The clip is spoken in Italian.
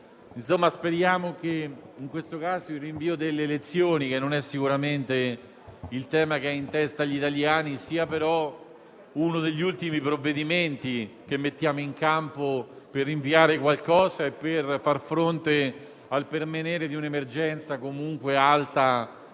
fretta. Speriamo che in questo caso il rinvio delle elezioni, che non è sicuramente il tema che hanno in mente gli italiani, sia uno degli ultimi provvedimenti che mettiamo in campo per rinviare qualcosa e per far fronte al permanere di un'emergenza comunque alta